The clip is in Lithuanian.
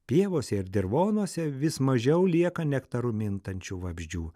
pievose ir dirvonuose vis mažiau lieka nektaru mintančių vabzdžių